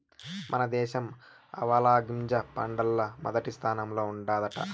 మన దేశం ఆవాలగింజ పంటల్ల మొదటి స్థానంలో ఉండాదట